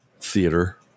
theater